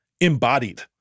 embodied